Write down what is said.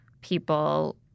people